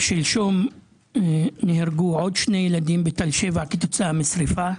שלשום נהרגו עוד שני ילדים בתל שבע כתוצאה משריפה,